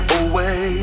away